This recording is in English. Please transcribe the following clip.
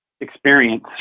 experience